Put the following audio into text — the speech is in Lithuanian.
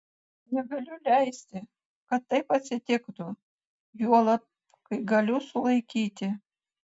negaliu leisti kad taip atsitiktų juolab kai galiu sulaikyti